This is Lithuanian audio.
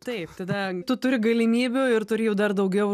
taip tada tu turi galimybių ir turi jų dar daugiau